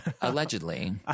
allegedly